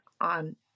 on